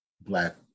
Black